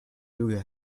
lüge